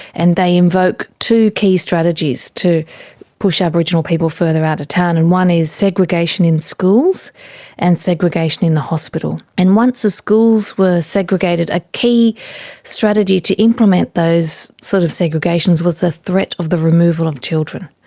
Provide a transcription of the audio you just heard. and they invoke two key strategies to push aboriginal people further out of town. and one is segregation in schools and segregation in the hospital. and once the schools were segregated, a key strategy to implement those sort of segregations was the threat of the removal of children.